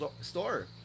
store